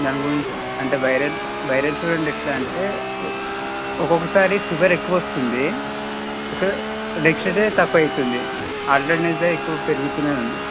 దాని గురించి అంటే వైరల్ వైరల్ ఫీవర్ అంటే ఎట్లంటే ఒ ఒక్కొక్కసారి ఫీవర్ ఎక్కువ వస్తుంది సార్ నెక్స్ట్ డే తక్కువ అవుతుంది ఆల్టర్నేట్ డే ఎక్కువ పెరుగుతు ఉంది